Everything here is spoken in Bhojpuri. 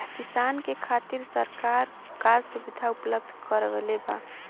किसान के खातिर सरकार का सुविधा उपलब्ध करवले बा?